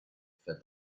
fed